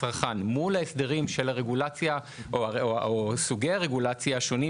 הצרכן מול ההסדרים של הרגולציה או סוגי הרגולציה השונים,